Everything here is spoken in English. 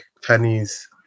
Chinese